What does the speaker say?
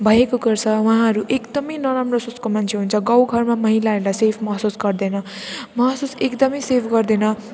भएको गर्छ उहाँहरू एकदमै नराम्रो सोचको मान्छे हुन्छ गाउँघरमा महिलाहरूलाई सेफ महसुस गर्दैन महसुस एकदमै सेफ गर्दैन